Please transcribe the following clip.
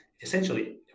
essentially